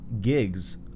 gigs